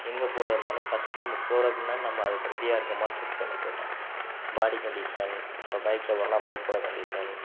எங்கே போகிறதுனாலும் ஃபர்ஸ்ட்டு நம்ம போகிறதுக்கு முன்னாடி நம்ம அதுக்கு ரெடியாக இருக்கமான்னு செக் பண்ணிக்கிறணும் பாடி கண்டிஷன் இப்போ பைக்கில் போகிறனா பைக்கோடய கண்டிஷன்